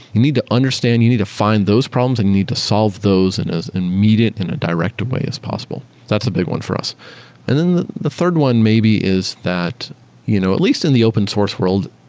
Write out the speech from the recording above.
you need to understand, you need to find those problems and you need to solve those and as immediate in a directed way as possible. that's a big one for us and then the the third one maybe is that you know at least in the open source world,